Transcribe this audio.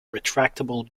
retractable